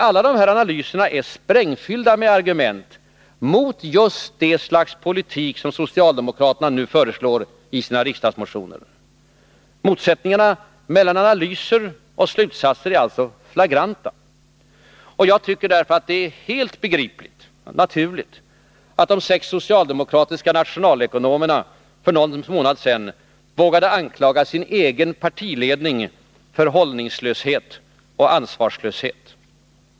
Alla dessa analyser är sprängfyllda med argument mot just det slags politik som socialdemokraterna nu föreslår i sina riksdagsmotioner. Motsättningarna mellan analyser och slutsatser är alltså flagranta. Det är därför begripligt och naturligt att de sex socialdemokratiska nationalekonomerna för någon månad sedan vågade anklaga sin egen partiledning för hållningslöshet och ansvarslöshet.